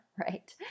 right